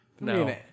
no